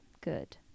good